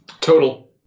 Total